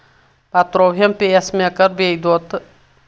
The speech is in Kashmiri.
پتہٕ تروو ہؠم پیٖس مےٚ کَر بیٚیہِ دۄد تہٕ